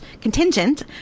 contingent